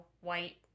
White